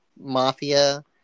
Mafia